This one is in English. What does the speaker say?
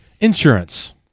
Insurance